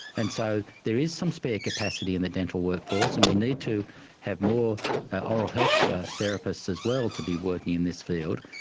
and so there is some spare capacity in the dental workforce and we need to have more oral health therapists as well to be working in this field.